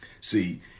See